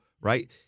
right